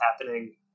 happening